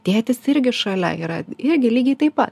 tėtis irgi šalia yra irgi lygiai taip pa